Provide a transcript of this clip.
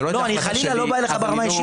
לא, אני חלילה לא בא אליך ברמה האישית.